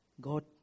God